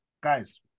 Guys